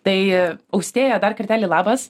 tai austėja dar kartelį labas